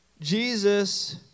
Jesus